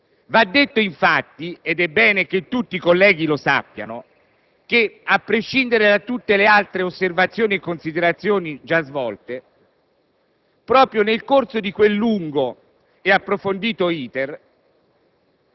Va detto infatti, ed è bene che tutti i colleghi lo sappiano, che, a prescindere da tutte le altre osservazioni e considerazioni già svolte, proprio nel corso di quel lungo e approfondito